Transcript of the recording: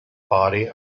body